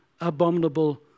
abominable